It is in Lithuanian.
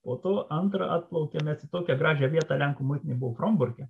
po to antrą atplaukėm mes į tokią gražią vietą lenkų muitinė buvo fromburke